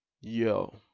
yo